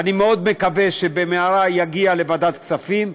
ואני מאוד מקווה שבמהרה זה יגיע לוועדת הכספים,